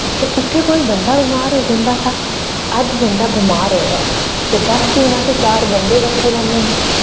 ते उत्थै कोई बंदा बमार होई जंदा हा अज्ज बंदा बमार होएआ ऐ ते बस हून असें चार बंदे किट्ठे करने न